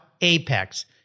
Apex